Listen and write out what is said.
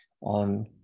on